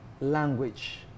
language